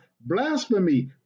blasphemy